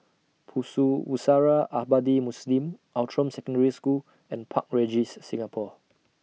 Pusara Abadi Muslim Outram Secondary School and Park Regis Singapore